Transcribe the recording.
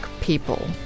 people